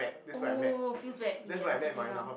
oh feels bad you get the second round